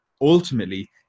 ultimately